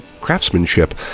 craftsmanship